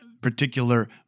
particular